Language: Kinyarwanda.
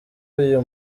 uyu